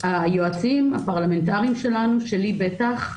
היועצים הפרלמנטריים שלנו שלי בטח,